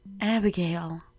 Abigail